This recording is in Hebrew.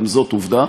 גם זו עובדה.